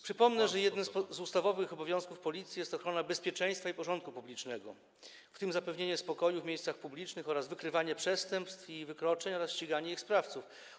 Przypomnę, że jednym z ustawowych obowiązków Policji jest ochrona bezpieczeństwa i porządku publicznego, w tym zapewnienie spokoju w miejscach publicznych oraz wykrywanie przestępstw i wykroczeń oraz ściganie ich sprawców.